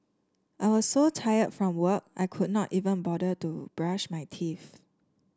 I was so tired from work I could not even bother to brush my teeth